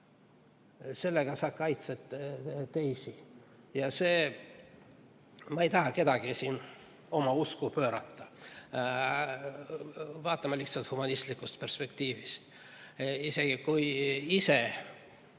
Sellega sa kaitsed teisi. Ma ei taha kedagi siin oma usku pöörata, aga vaatame lihtsalt humanistlikust perspektiivist. Isegi kui sa